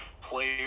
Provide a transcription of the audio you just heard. player